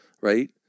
right